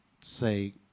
say